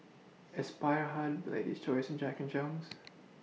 Aspire Hub Lady's Choice and Jack and Jones